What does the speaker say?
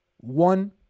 one